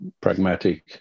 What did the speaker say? pragmatic